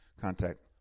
contact